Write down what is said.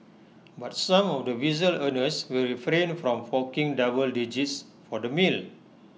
but some of the visual earners will refrain from forking double digits for the meal